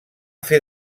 fer